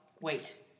wait